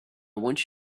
want